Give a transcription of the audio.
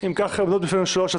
אם כך, יש לנו שלוש הצעות: